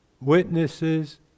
witnesses